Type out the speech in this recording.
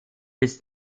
bis